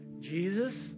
Jesus